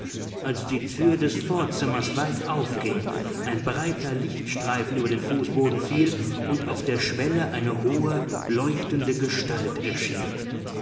als die tür des vorzimmers weit aufging ein breiter lichtstreifen über den fußboden fiel und auf der schwelle eine hohe leuchtende gestalt erschien